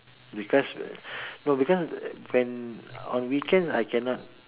because no because when on weekends I cannot